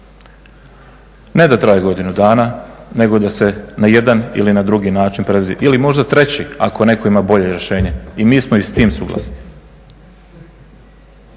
Ne da traje godinu dana nego da se na jedan ili na drugi način predvidi ili možda treći ako netko ima bolje rješenje, i mi smo i sa time suglasni.